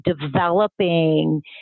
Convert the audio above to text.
developing